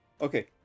okay